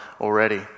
already